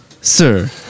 Sir